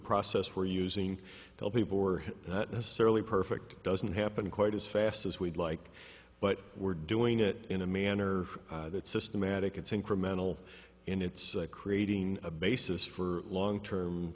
process we're using tell people were hit that necessarily perfect doesn't happen quite as fast as we'd like but we're doing it in a manner that systematic it's incremental and it's creating a basis for long term